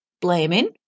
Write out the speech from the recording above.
blaming